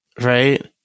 Right